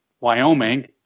Wyoming